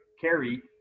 carry